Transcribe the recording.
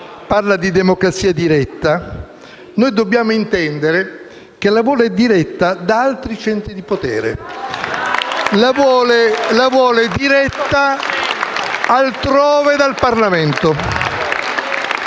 parla di democrazia diretta noi dobbiamo intendere che la vuole diretta da altri centri di potere. Vuole che in Parlamento